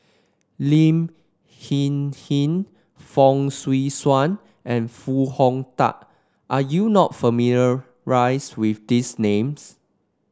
Lin Hsin Hsin Fong Swee Suan and Foo Hong Tatt are you not familiar rice with these names